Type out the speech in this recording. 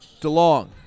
DeLong